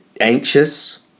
Anxious